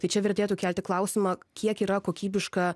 tai čia vertėtų kelti klausimą kiek yra kokybiška